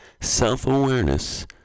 self-awareness